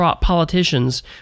politicians